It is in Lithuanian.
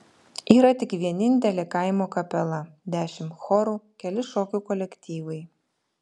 yra tik vienintelė kaimo kapela dešimt chorų keli šokių kolektyvai